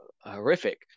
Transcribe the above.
horrific